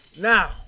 Now